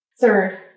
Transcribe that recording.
Third